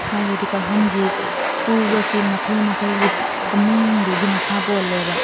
ꯍꯥꯏꯕꯗꯤ ꯀꯥꯡꯈꯟꯁꯤ ꯇꯨꯕꯁꯤ ꯃꯈꯜ ꯃꯈꯜꯒꯤ ꯐꯝꯃꯨꯡꯗꯨꯒꯤ ꯃꯈꯥ ꯄꯣꯜꯂꯦꯕ